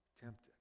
Tempted